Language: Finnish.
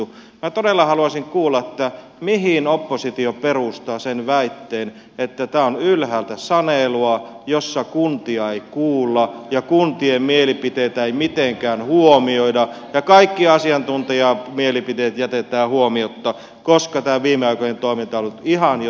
minä todella haluaisin kuulla mihin oppositio perustaa sen väitteen että tämä on ylhäältä sanelua jossa kuntia ei kuulla ja kuntien mielipiteitä ei mitenkään huomioida ja kaikki asiantuntijamielipiteet jätetään huomiotta koska tämä viimeaikainen toiminta on ollut ihan jotain muuta